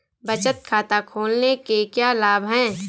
बचत खाता खोलने के क्या लाभ हैं?